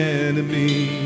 enemy